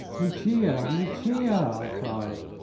lucia! lucia! i cried.